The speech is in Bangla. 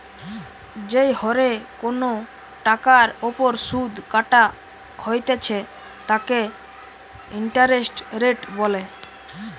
যেই হরে কোনো টাকার ওপর শুধ কাটা হইতেছে তাকে ইন্টারেস্ট রেট বলে